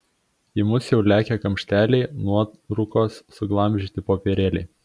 į mus jau lekia kamšteliai nuorūkos suglamžyti popierėliai